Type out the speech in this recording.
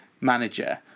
manager